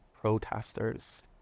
protesters